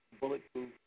bulletproof